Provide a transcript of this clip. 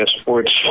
Sports